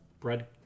bread